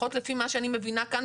לפחות לפי מה שאני מבינה כאן,